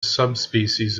subspecies